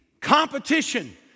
competition